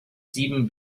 sieben